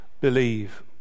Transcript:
believe